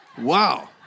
Wow